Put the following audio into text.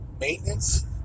maintenance